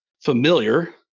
familiar